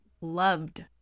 loved